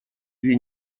две